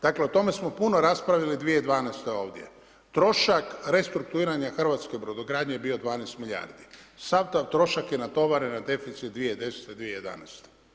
Dakle, o tome smo puno raspravili 2012. ovdje, trošak restrukturiranja hrvatske brodogradnje je bio 12 milijardi, sav taj trošak je natovaren na deficit 2010.-2011.